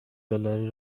دلاری